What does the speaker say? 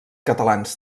catalans